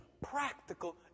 practical